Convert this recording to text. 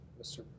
Mr